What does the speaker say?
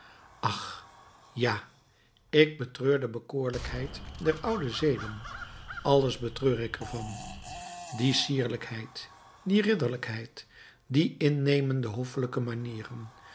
ach ja ik betreur de bekoorlijkheid der oude zeden alles betreur ik ervan die sierlijkheid die ridderlijkheid die innemende hoffelijke manieren